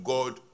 God